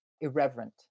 irreverent